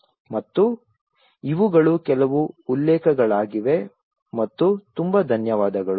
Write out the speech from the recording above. ಮತ್ತು ಇವುಗಳು ಕೆಲವು ಉಲ್ಲೇಖಗಳಾಗಿವೆ ಮತ್ತು ತುಂಬಾ ಧನ್ಯವಾದಗಳು